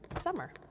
summer